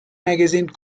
magazine